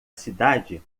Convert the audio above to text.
cidade